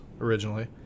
originally